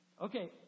Okay